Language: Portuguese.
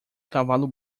cavalo